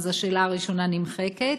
אז השאלה הראשונה נמחקת,